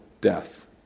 death